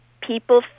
people